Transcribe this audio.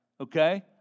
Okay